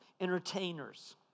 entertainers